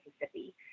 Mississippi